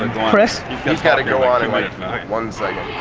chris? he's gotta go on in like one second.